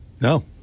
No